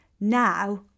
Now